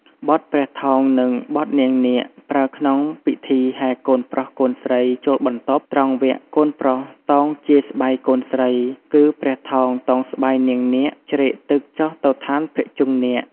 បទព្រះថោង និងបទនាងនាគ ប្រើក្នុងពិធីហែកូនប្រុសកូនស្រីចូលបន្ទប់ ត្រង់វគ្គកូនប្រុសតោងជាយស្បៃកូនស្រី គឺព្រះថោងតោងស្បៃនាងនាគជ្រែកទឹកចុះទៅឋានភុជង្គនាគ។